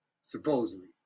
supposedly